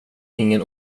ingen